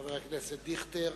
חבר הכנסת דיכטר.